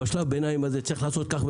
בשלב הביניים הזה צריך לעשות כך,